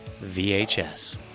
VHS